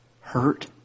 Hurt